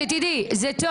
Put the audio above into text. שתדעי, זה טוב.